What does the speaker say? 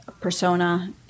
persona